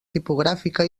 tipogràfica